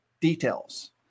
details